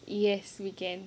yes we can